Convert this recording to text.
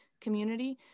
community